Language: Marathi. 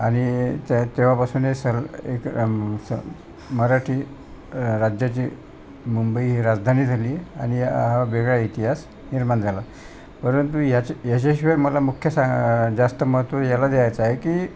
आणि त्या तेव्हापासून हे सर एक स मराठी राज्याची मुंबई ही राजधानी झाली आहे आणि हा वेगळा इतिहास निर्माण झाला परंतु याच्या ह्याच्याशिवाय मला मुख्य सांग जास्त महत्त्व याला द्यायचं आहे की